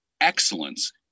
excellence